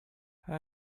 how